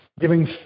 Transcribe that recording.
giving